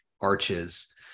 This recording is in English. arches